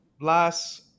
last